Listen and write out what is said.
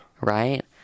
right